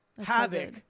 Havoc